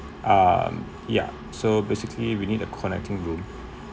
um yeah so basically we need a connecting room